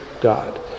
God